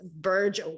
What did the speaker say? verge